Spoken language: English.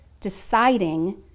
deciding